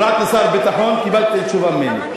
הפרעת לשר הביטחון, קיבלת תשובה ממנו.